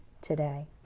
today